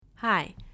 Hi